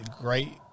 great